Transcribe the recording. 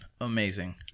Amazing